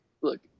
Look